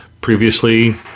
previously